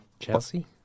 Chelsea